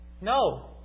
No